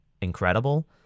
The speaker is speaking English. incredible